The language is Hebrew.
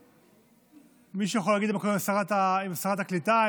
מי שיכול להגיד אם שרת הקליטה,